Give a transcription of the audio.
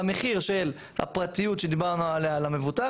במחיר של הפרטיות שדיברנו עליה למבוטח,